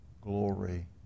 glory